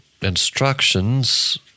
instructions